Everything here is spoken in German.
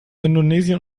indonesien